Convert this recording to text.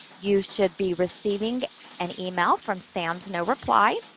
you should be receiving an e mail from sams no reply.